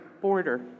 border